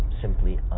simply